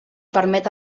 permet